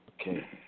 Okay